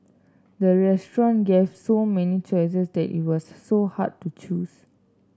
the restaurant gave so many choices that it was so hard to choose